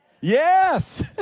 yes